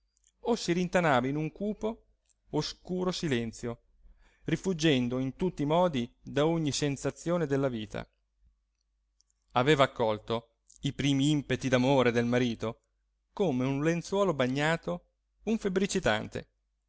o si rintanava in un cupo oscuro silenzio rifuggendo in tutti i modi da ogni sensazione della vita aveva accolto i primi impeti d'amore del marito come un lenzuolo bagnato un febbricitante